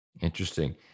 Interesting